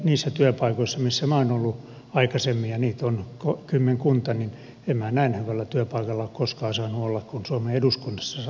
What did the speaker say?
niissä työpaikoissa missä minä olen ollut aikaisemmin ja niitä on kymmenkunta en minä näin hyvällä työpaikalla ole koskaan saanut olla kuin suomen eduskunnassa saan olla